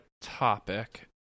topic